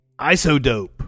Isodope